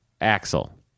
Axel